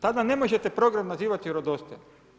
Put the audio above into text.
Tada ne možete program nazivat vjerodostojnim.